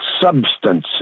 substance